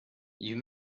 you